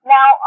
Now